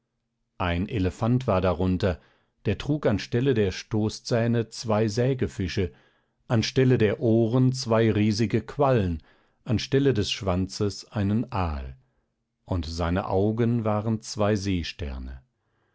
ein elefant war darunter der trug an stelle der stoßzähne zwei sägefische an stelle der ohren zwei riesige quallen an stelle des schwanzes einen aal und seine augen waren zwei seesterne